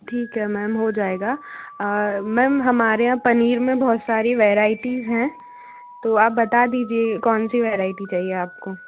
ठीक है मैम हो जाएगा मैम हमारे यहाँ पनीर में बहुत सारी वैराइटीस हैं तो आप बता दीजिए कौन सी वेराइटी चाहिए आपको